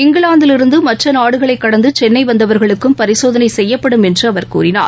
இங்கிலாந்திலிருந்து மற்ற நாடுகளை கடந்து சென்னை வந்தவர்களுக்கும் பரிசோதனை செய்யப்படும் என்று அவர் கூறினார்